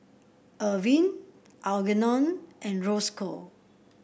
Irvin Algernon and Rosco